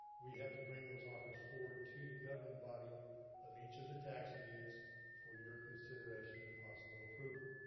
we have to bring those offers forward to the governing body of each of the taxing units for your consideration and possible approval.